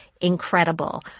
incredible